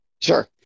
Sure